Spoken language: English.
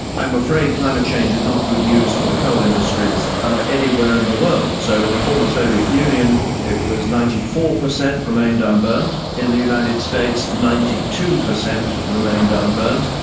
i'm afraid climate change is not good news for the coal industries of anywhere in the world. so in the former soviet union it was ninety four percent remained unburnt, in the united states ninety two percent remained unburnt,